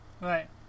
Right